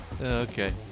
okay